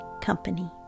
Company